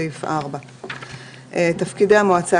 סעיף 4. 4. "תפקידי המועצה